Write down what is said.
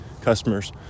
customers